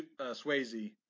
Swayze